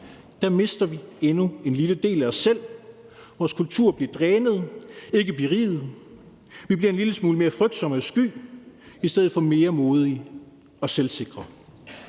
det, mister vi endnu en lille del af os selv. Vores kultur bliver drænet, ikke beriget. Vi bliver en lille smule mere frygtsomme og sky i stedet for mere modige og selvsikre.